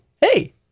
hey